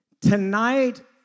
Tonight